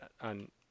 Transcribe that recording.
on